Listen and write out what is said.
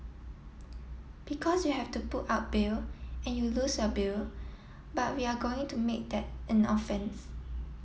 because you have to put up bail and you lose your bail but we are going to make that an offence